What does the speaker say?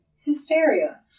hysteria